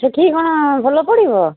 ସେଇଠି କ'ଣ ଭଲ ପଡ଼ିବ